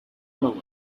over